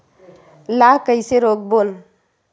ला कइसे रोक बोन?